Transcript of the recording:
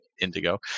Indigo